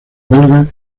belgas